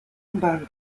bandy